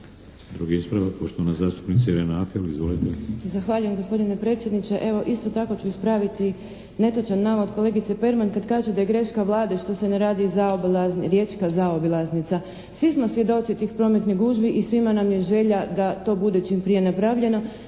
Drugi ispravak, poštovana zastupnica Irena Ahel. Izvolite!